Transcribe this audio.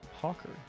Hawker